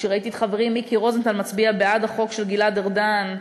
כשראיתי את חברי מיקי רוזנטל מצביע בעד החוק של גלעד ארדן,